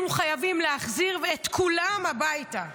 אנחנו חייבים להחזיר את כולם הביתה.